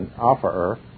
offerer